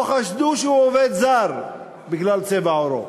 או חשדו שהוא עובד זר בגלל צבע עורו,